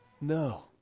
No